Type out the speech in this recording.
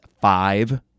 five